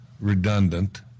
redundant